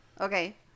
Okay